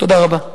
תודה רבה.